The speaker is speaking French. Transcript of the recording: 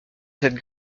cette